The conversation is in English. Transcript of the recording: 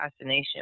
Assassination